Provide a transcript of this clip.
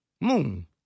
Moon